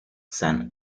san